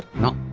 not.